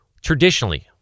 Traditionally